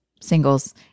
singles